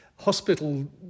hospital